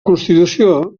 constitució